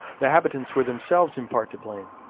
the habitants were themselves in part to blame.